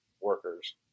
workers